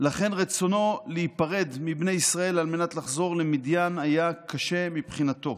לכן רצונו להיפרד מבני ישראל על מנת לחזור למדיין היה קשה מבחינתו.